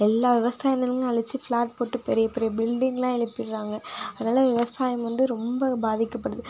எல்லா விவசாய நிலங்களும் அழிச்சு ஃபிளாட் போட்டு பெரிய பெரிய பில்டிங்லாம் எழுப்பிடறாங்க அதனால விவசாயம் வந்து ரொம்ப பாதிக்கப்படுது